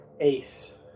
Ace